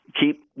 Keep